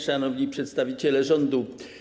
Szanowni Przedstawiciele Rządu!